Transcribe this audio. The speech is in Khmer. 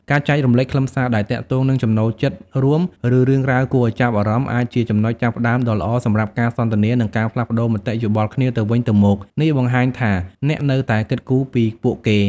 ការចែករំលែកខ្លឹមសារដែលទាក់ទងនឹងចំណូលចិត្តរួម ឬរឿងរ៉ាវគួរឱ្យចាប់អារម្មណ៍អាចជាចំណុចចាប់ផ្ដើមដ៏ល្អសម្រាប់ការសន្ទនា និងការផ្លាស់ប្ដូរមតិយោបល់គ្នាទៅវិញទៅមក នេះបង្ហាញថាអ្នកនៅតែគិតគូរពីពួកគេ។